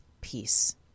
peace